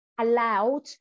allowed